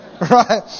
Right